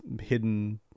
hidden